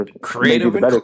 creative